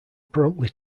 promptly